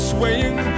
Swaying